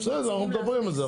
בסדר, אנחנו מדברים על זה.